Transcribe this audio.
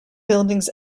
buildings